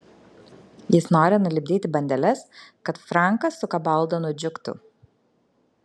jis nori nulipdyti bandeles kad frankas su kabalda nudžiugtų